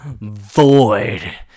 void